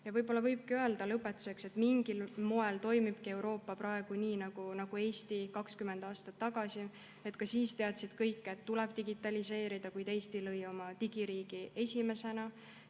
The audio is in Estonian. võib-olla võikski öelda, et mingil moel toimib Euroopa praegu nii nagu Eesti 20 aastat tagasi. Ka siis teadsid kõik, et tuleb digitaliseerida, kuid Eesti lõi oma digiriigi esimesena